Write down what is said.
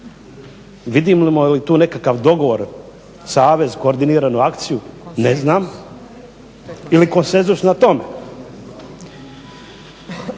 Vidimo li tu nekakav dogovor, savez, koordiniranu akciju ne znam, ili konsenzus na tome.